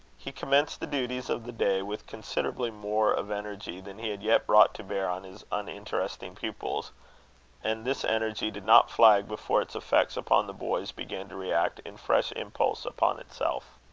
he commenced the duties of the day with considerably more of energy than he had yet brought to bear on his uninteresting pupils and this energy did not flag before its effects upon the boys began to react in fresh impulse upon itself.